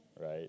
Right